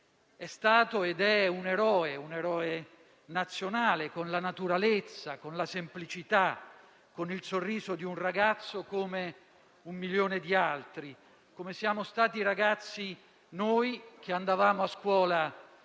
È stato ed è un eroe nazionale, con la naturalezza, con la semplicità, con il sorriso di un ragazzo come un milione di altri, come siamo stati ragazzi noi che andavamo a scuola